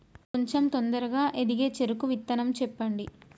కొంచం తొందరగా ఎదిగే చెరుకు విత్తనం చెప్పండి?